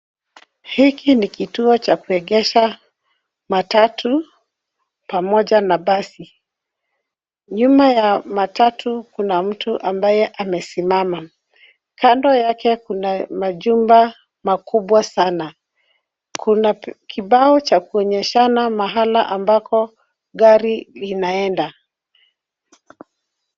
Hiki ni kituo cha kuegesha matatu pamoja na basi. Nyuma ya matatu kuna mtu ambaye amesimama. Kando yake kuna majumba makubwa sana. Kuna kibao cha kuonyeshana mahala ambako gari linaenda.